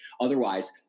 Otherwise